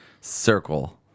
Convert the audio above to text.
Circle